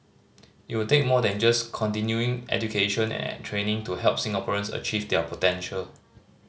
it will take more than just continuing education and training to help Singaporeans achieve their potential